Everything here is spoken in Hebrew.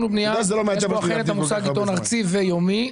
והבנייה --- את המושג "עיתון ארצי" ו"יומי".